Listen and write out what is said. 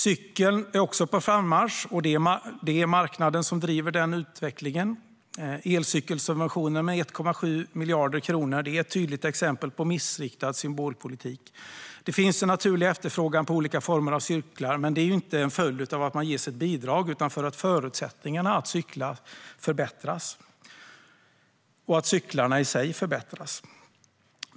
Cykeln är också på frammarsch, och det är marknaden som driver den utvecklingen. Elcykelsubventionen på 1,7 miljarder kronor är ett tydligt exempel på missriktad symbolpolitik. Det finns en naturlig efterfrågan på olika former av cyklar. Det är inte en följd av att man ges ett bidrag, utan det är för att förutsättningarna för att cykla förbättras och att cyklarna i sig förbättras.